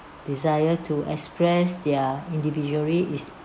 desire to express their individuality is